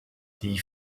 die